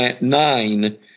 nine